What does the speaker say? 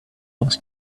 wars